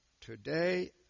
today